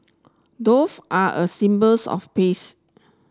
doves are a symbols of peace